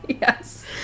yes